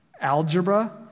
algebra